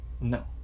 No